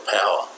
power